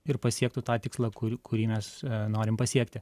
ir pasiektų tą tikslą kur kurį mes norim pasiekti